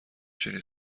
چنین